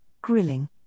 grilling